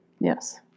Yes